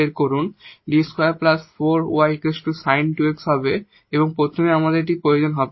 𝐷 2 4 𝑦 sin2 𝑥 হবে এবং প্রথমে আমাদের প্রয়োজন হবে